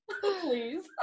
Please